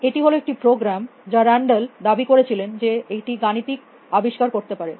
এটি ছিল একটি প্রোগ্রাম যা রান্দাল দাবি করেছিলেন যে এটি গাণিতিক আবিষ্কার করতে পারে